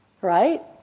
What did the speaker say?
right